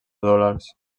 dòlars